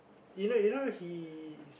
you know you know he's